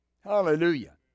Hallelujah